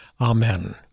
Amen